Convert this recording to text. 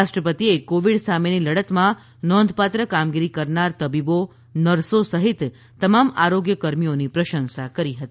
રાષ્ટ્રપતિએ કોવિડ સામેની લડતમાં નોંધપાત્ર કામગીરી કરનાર તબીબો નર્સો સહિત તમામ આરોગ્ય કર્મીઓની પ્રશંસા કરી હતી